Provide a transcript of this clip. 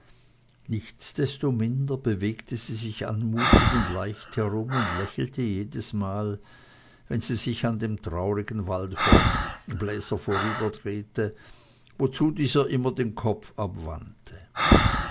nichtsdestominder bewegte sie sich anmutig und leicht herum und lächelte jedesmal wenn sie sich an dem traurigen waldhornbläser vorüberdrehte wozu dieser immer den kopf abwandte